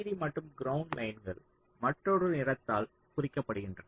VDD மற்றும் ground லைன்கள் மற்றொரு நிறத்தால் குறிக்கப்படுகின்றன